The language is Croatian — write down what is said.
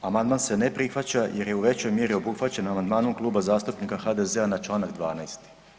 Amandman se ne prihvaća jer je u većoj mjeri obuhvaćeno amandmanom Kluba zastupnika HDZ-a na čl. 12.